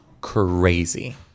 crazy